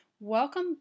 Welcome